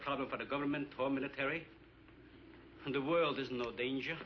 problem for the government or military and the world is no danger